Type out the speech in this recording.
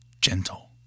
gentle